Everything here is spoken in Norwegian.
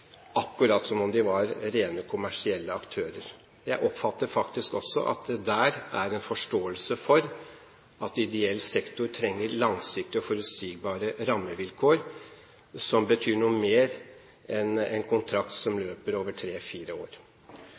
akkurat som om de var rene kommersielle aktører. Jeg oppfatter faktisk også at det der er en forståelse for at ideell sektor trenger langsiktige og forutsigbare rammevilkår, som betyr noe mer enn en kontrakt som løper over tre–fire år.